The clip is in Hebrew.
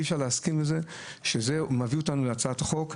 ואי אפשר להסכים עם זה שנגיע להצעת חוק,